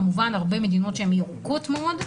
כמובן הרבה מדינות שהן ירוקות מאוד,